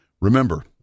Remember